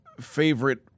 favorite